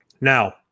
Now